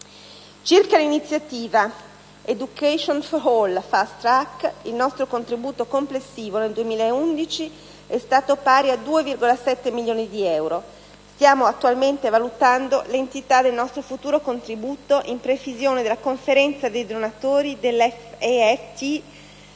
Circa l'iniziativa «*Education for all-Fast Track*», il nostro contributo complessivo nel 2011 è stato pari a 2,7 milioni di euro. Stiamo attualmente valutando l'entità del nostro futuro contributo in previsione della Conferenza dei donatori dell'EFT-FTI